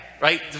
right